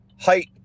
height